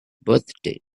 birthday